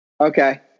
Okay